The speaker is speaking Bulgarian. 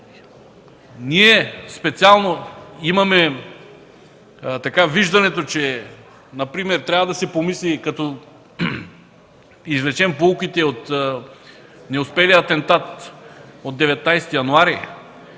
Ние специално имаме виждането, че трябва да се помисли, като извлечем поуките от неуспелия атентат на 19 януари,